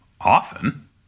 Often